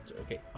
okay